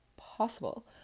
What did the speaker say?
possible